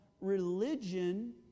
Religion